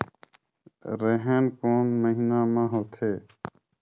रेहेण कोन महीना म होथे?